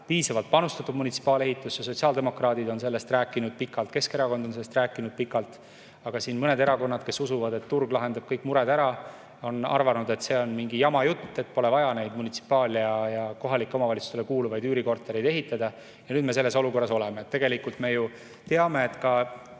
piisavalt panustatud munitsipaalehitusse. Sotsiaaldemokraadid on sellest rääkinud pikalt, Keskerakond on sellest rääkinud pikalt, aga mõned erakonnad, kes usuvad, et turg lahendab kõik mured ära, on arvanud, et see on mingi jama jutt, et pole vaja neid munitsipaal‑ ja kohalikele omavalitsustele kuuluvaid üürikortereid ehitada. Ja nüüd me selles olukorras oleme. Tegelikult me ju teame, et ka